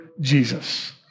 Jesus